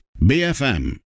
BFM